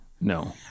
No